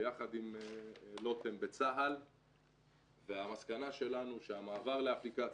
ביחד עם לוטם בצה"ל והמסקנה שלנו שהמעבר לאפליקציה,